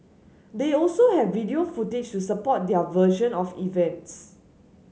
they also have video footage to support their version of events